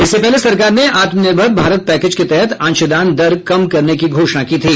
इससे पहले सरकार ने आत्मनिर्भर भारत पैकेज के तहत अंशदान दर कम करने की घोषणा की थी